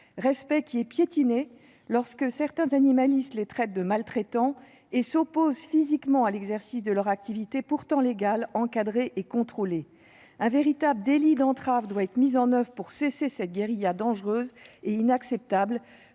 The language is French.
leur doit est piétiné lorsque certains animalistes les traitent de « maltraitants » et s'opposent physiquement à l'exercice de leur activité pourtant légale, encadrée et contrôlée. Un véritable délit d'entrave doit être instauré pour faire cesser cette guérilla dangereuse et inacceptable.